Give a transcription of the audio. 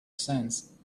sands